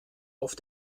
auf